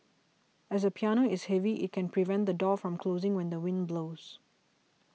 as a piano is heavy it can prevent the door from closing when the wind blows